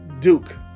Duke